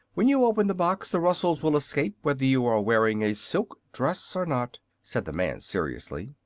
when you open the box the rustles will escape, whether you are wearing a silk dress or not, said the man, seriously.